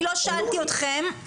אני לא שאלתי אתכם,